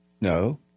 no